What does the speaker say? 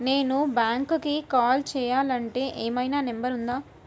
నేను బ్యాంక్కి కాల్ చేయాలంటే ఏమయినా నంబర్ ఉందా?